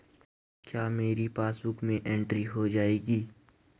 क्या मेरी पासबुक में एंट्री हो जाएगी?